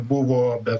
buvo bet